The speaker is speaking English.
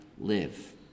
live